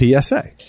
PSA